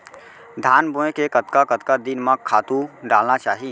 धान बोए के कतका कतका दिन म खातू डालना चाही?